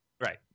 Right